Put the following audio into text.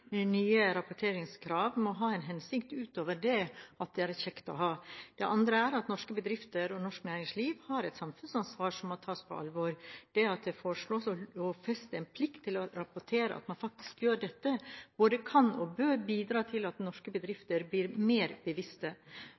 Nye rapporteringskrav må ha en hensikt utover at det er «kjekt å ha». Det andre er at norske bedrifter og norsk næringsliv har et samfunnsansvar som må tas på alvor. Det at det foreslås å lovfeste en plikt til å rapportere at man faktisk gjør dette, både kan og bør bidra til at norske bedrifter blir mer bevisste.